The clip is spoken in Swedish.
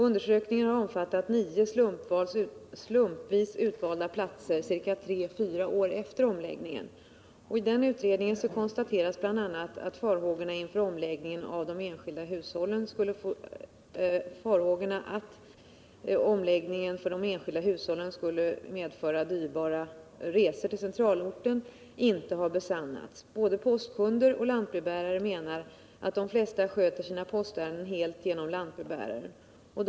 Undersökningen har omfattat nio slumpvis utvalda platser tre fyra år efter omläggningen. I den utredningen konstateras bl.a. att farhågorna att omläggningen för de enskilda hushållen skulle medföra dyrbara resor till centralorten inte har besannats. Både postkunder och lantbrevbärare menar att de flesta sköter sina postärenden helt genom lantbrevbärararna.